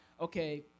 okay